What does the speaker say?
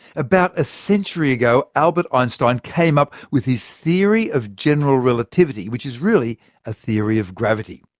about a century ago, albert einstein came up with his theory of general relativity, which is really a theory of gravity.